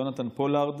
יונתן פולארד